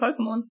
Pokemon